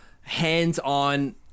hands-on